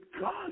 God